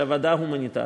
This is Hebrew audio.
של הוועדה ההומניטרית,